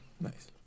Nice